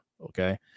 Okay